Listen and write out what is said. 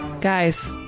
Guys